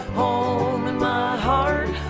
home in my heart